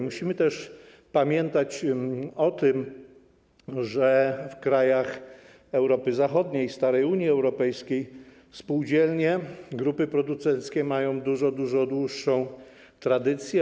Musimy też pamiętać o tym, że w krajach Europy Zachodniej, starej Unii Europejskiej, spółdzielnie, grupy producenckie mają dużo, dużo dłuższą tradycję.